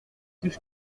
plus